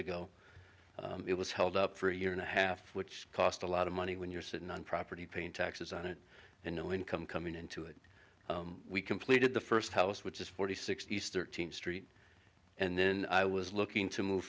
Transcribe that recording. ago it was held up for a year and a half which cost a lot of money when you're sitting on property paying taxes on it and no income coming into it we completed the first house which is forty six thirteenth street and then i was looking to move